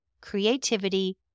creativity